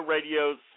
Radio's